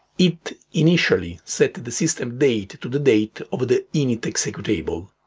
it initially set the system date to the date of the init executable,